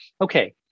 Okay